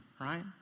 right